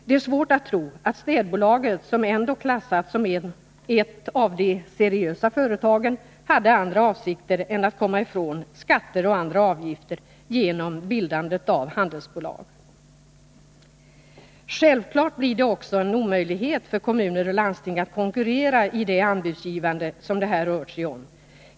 Det är svårt att tro att städbolaget, som ändå klassats som ett av de seriösa företagen, hade andra avsikter än att komma ifrån skatter och andra avgifter genom bildandet av handelsbolag. Självfallet blir det också en omöjlighet för kommuner och landsting att konkurrera i det anbudsgivande som det här rör sig om.